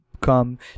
come